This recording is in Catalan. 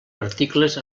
articles